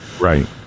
Right